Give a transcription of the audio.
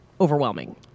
Overwhelming